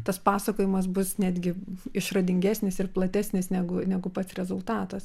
tas pasakojimas bus netgi išradingesnis ir platesnis negu negu pats rezultatas